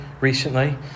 recently